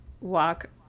walk